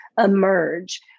emerge